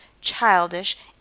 childish